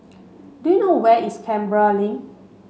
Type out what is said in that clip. do you know where is Canberra Link